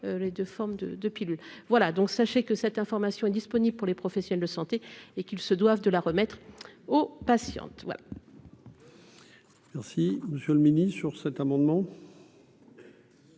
les 2 formes de de pilules voilà donc sachez que cette information est disponible pour les professionnels de santé et qu'ils se doivent de la remettre aux patientes ouais. Merci, monsieur le Ministre sur cet amendement.